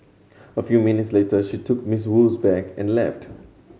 a few minutes later she took Miss Wu's bag and left